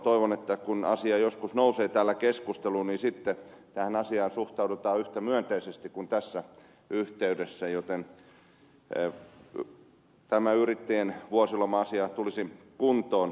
toivon että kun asia joskus nousee täällä keskusteluun niin sitten tähän asiaan suhtaudutaan yhtä myönteisesti kuin tässä yhteydessä jotta tämä yrittäjien vuosiloma asia tulisi kuntoon